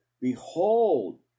Behold